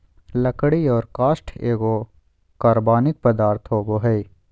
लकड़ी और काष्ठ एगो कार्बनिक पदार्थ होबय हइ